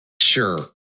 sure